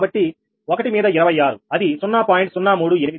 కాబట్టి 1 మీద 26 అది 0